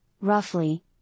roughly